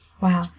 Wow